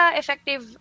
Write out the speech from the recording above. effective